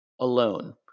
alone